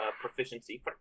proficiency